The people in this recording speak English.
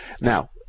Now